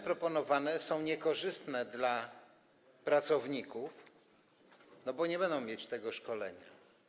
Proponowane zmiany są niekorzystne dla pracowników, bo nie będą mieć tego szkolenia.